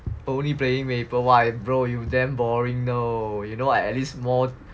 only playing Maple bro you damn boring now you know I at least more